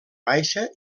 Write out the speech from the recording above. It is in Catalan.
baixa